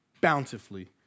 bountifully